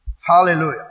Hallelujah